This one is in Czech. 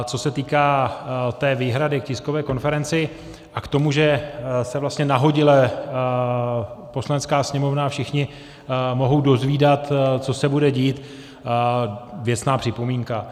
Co se týká té výhrady k tiskové konferenci a k tomu, že se vlastně nahodile Poslanecká sněmovna a všichni mohou dozvídat, co se bude dít, věcná připomínka.